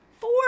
Four